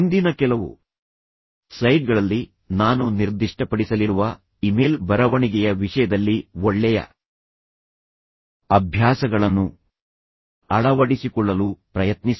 ಮುಂದಿನ ಕೆಲವು ಸ್ಲೈಡ್ಗಳಲ್ಲಿ ನಾನು ನಿರ್ದಿಷ್ಟಪಡಿಸಲಿರುವ ಇಮೇಲ್ ಬರವಣಿಗೆಯ ವಿಷಯದಲ್ಲಿ ಒಳ್ಳೆಯ ಅಭ್ಯಾಸಗಳನ್ನು ಅಳವಡಿಸಿಕೊಳ್ಳಲು ಪ್ರಯತ್ನಿಸಿ